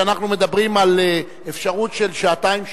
אנחנו מדברים על אפשרות של שעתיים,